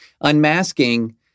Unmasking